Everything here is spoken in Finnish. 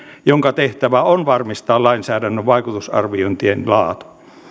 jonka tehtävä on varmistaa lainsäädännön vaikutusarviointien laatu